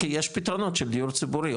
כי יש פתרונות של דיור ציבורי,